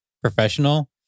professional